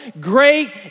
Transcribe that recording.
great